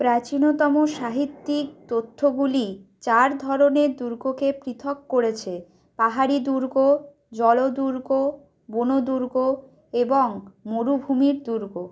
প্রাচীনতম সাহিত্যিক তথ্যগুলি চার ধরনের দুর্গকে পৃথক করেছে পাহাড়ি দুর্গ জল দুর্গ বন দুর্গ এবং মরুভূমির দুর্গ